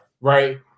right